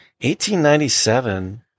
1897